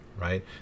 right